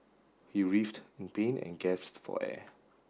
he writhed in pain and gasped for air